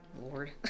Lord